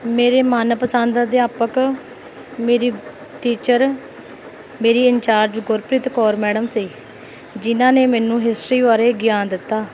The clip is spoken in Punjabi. ਮੇਰੇ ਮਨਪਸੰਦ ਅਧਿਆਪਕ ਮੇਰੀ ਟੀਚਰ ਮੇਰੀ ਇੰਚਾਰਜ ਗੁਰਪ੍ਰੀਤ ਕੌਰ ਮੈਡਮ ਸੀ ਜਿਹਨਾਂ ਨੇ ਮੈਨੂੰ ਹਿਸਟਰੀ ਬਾਰੇ ਗਿਆਨ ਦਿੱਤਾ